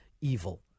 evil